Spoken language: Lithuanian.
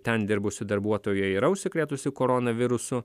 ten dirbusi darbuotoja yra užsikrėtusi koronavirusu